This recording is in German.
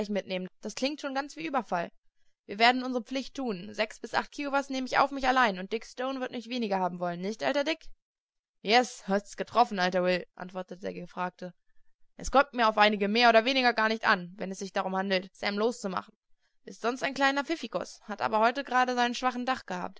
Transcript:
mitnehmen das klingt schon ganz wie ueberfall wir werden unsere pflicht tun sechs bis acht kiowas nehme ich auf mich allein und dick stone wird nicht weniger haben wollen nicht alter dick yes hast's getroffen alter will antwortete der gefragte es kommt mir auf einige mehr oder weniger gar nicht an wenn es sich darum handelt sam loszumachen ist sonst ein kleiner pfiffikus hat aber heut grad seinen schwachen tag gehabt